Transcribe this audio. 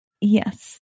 Yes